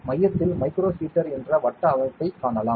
மையத்தில் micro heater என்ற வட்ட அமைப்பைக் காணலாம்